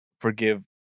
forgive